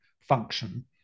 function